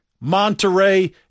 Monterey